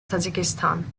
tajikistan